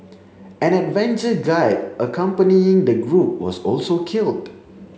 an adventure guide accompanying the group was also killed